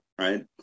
right